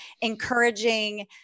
encouraging